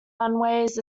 runways